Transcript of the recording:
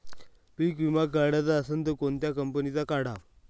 पीक विमा काढाचा असन त कोनत्या कंपनीचा काढाव?